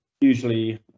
usually